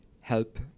help